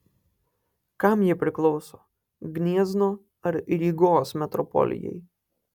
kam jie priklauso gniezno ar rygos metropolijai